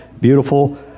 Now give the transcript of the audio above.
beautiful